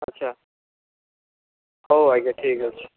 ଆଚ୍ଛା ହଉ ଆଜ୍ଞା ଠିକ୍ ଅଛି